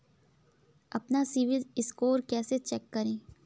अपना सिबिल स्कोर कैसे चेक करें?